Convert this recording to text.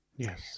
Yes